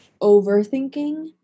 overthinking